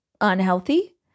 unhealthy